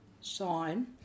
sign